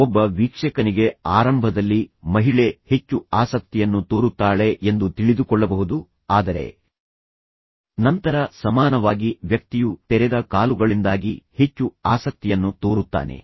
ಒಬ್ಬ ವೀಕ್ಷಕನಿಗೆ ಆರಂಭದಲ್ಲಿ ಮಹಿಳೆ ಹೆಚ್ಚು ಆಸಕ್ತಿಯನ್ನು ತೋರುತ್ತಾಳೆ ಎಂದು ತಿಳಿದುಕೊಳ್ಳಬಹುದು ಆದರೆ ನಂತರ ಸಮಾನವಾಗಿ ವ್ಯಕ್ತಿಯು ತೆರೆದ ಕಾಲುಗಳಿಂದಾಗಿ ಹೆಚ್ಚು ಆಸಕ್ತಿಯನ್ನು ತೋರುತ್ತಾನೆ